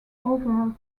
overall